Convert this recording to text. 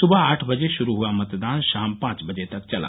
सुबह आठ बजे शुरू हुआ मतदान शाम पांच बजे तक चला